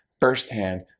firsthand